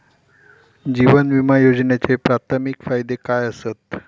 जीवन विमा योजनेचे प्राथमिक फायदे काय आसत?